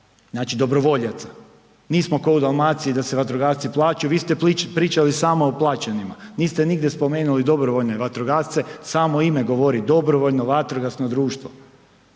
Znači dobrovoljaca, nismo ko u Dalmaciji da se vatrogasci plaćaju. Vi ste pričali samo o plaćenima niste nigdje spomenuli dobrovoljne vatrogasce. Samo ime govori dobrovoljno vatrogasno društvo.